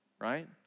right